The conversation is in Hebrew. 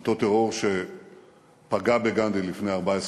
אותו טרור שפגע בגנדי לפני 14 שנים.